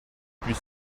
plus